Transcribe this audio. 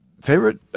favorite